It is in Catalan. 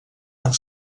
amb